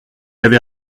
avait